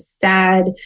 sad